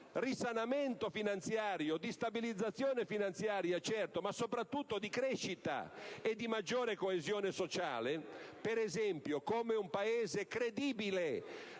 risanamento finanziario e di stabilizzazione finanziaria, ma soprattutto di crescita e di maggiore coesione sociale. Per esempio, ci presenteremmo